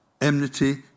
enmity